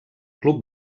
club